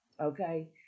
okay